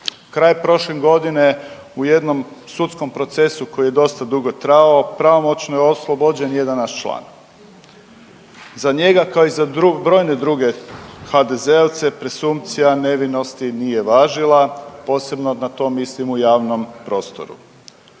Kraj prošle godine, u jednom sudskom procesu koji je dosta dugo trajao, pravomoćno je oslobođen jedan naš član. Za njega, kao i za brojne druge HDZ-ovce, presumpcija nevinosti nije važila, posebno na to mislimo u javnom prostoru.